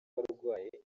abarwayi